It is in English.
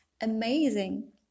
amazing